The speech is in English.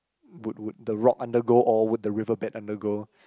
would would the rock undergo or would the river bed undergo